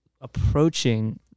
approaching